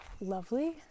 lovely